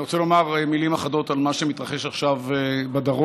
אני רוצה לומר מילים אחדות על מה שמתרחש עכשיו בדרום.